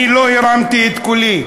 אני לא הרמתי את קולי,